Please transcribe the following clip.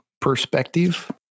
perspective